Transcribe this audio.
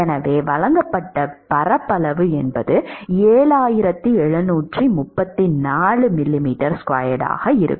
எனவே வழங்கப்பட்ட பரப்பளவு 7734 mm2 ஆக இருக்கும்